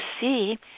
see